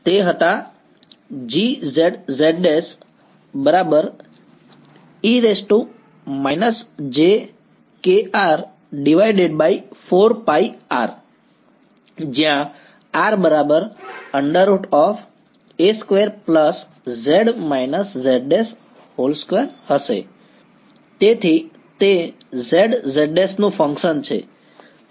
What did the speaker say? તે હતી Gz z′ e−jkR4πR where R √a2 z − z′2 તેથી તે z z′ નું ફંકશન છે